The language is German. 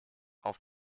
auf